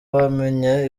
bamenye